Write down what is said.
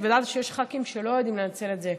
ואמרנו שיש ח"כים שלא יודעים לנצל את זה,